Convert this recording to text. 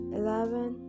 eleven